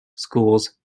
schools